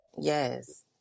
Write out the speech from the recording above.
yes